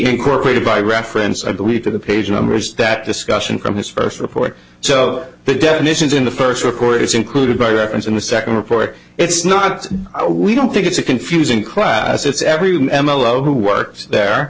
incorporated by reference i believe to the page numbers that discussion from his first report so the definitions in the first record is included by reference in the second report it's not we don't think it's a confusing class it's everyone m l o who works there